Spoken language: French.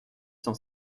cent